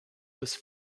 this